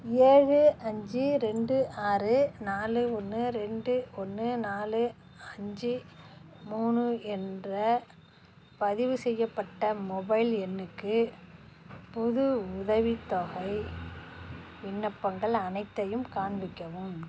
ஏழு அஞ்சு இரண்டு ஆறு நாலு ஒன்று இரண்டு ஒன்று நாலு அஞ்சு மூணு என்ற பதிவு செய்யப்பட்ட மொபைல் எண்ணுக்கு புது உதவித்தொகை விண்ணப்பங்கள் அனைத்தையும் காண்பிக்கவும்